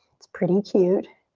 it's pretty cute.